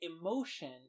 emotion